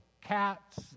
cats